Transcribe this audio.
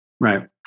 Right